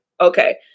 Okay